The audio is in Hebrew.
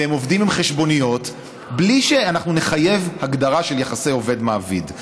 והם עובדים עם חשבוניות בלי שאנחנו נחייב הגדרה של יחסי עובד מעביד.